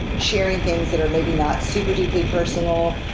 sharing things that are maybe not super deeply personal,